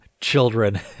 children